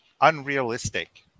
unrealistic